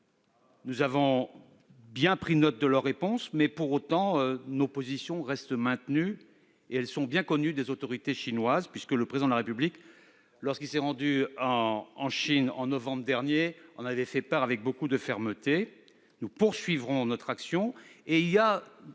Nous avons bien pris note de leur réponse. Pour autant, nous maintenons nos positions. Elles sont bien connues des autorités chinoises, puisque le Président de la République, lorsqu'il s'était rendu en Chine en novembre dernier, en avait fait part avec beaucoup de fermeté. Nous poursuivrons notre action.